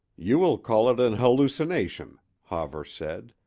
you will call it an hallucination, hawver said,